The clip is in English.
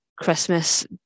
christmas